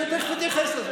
אני תכף אתייחס לזה.